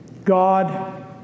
God